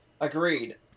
agreed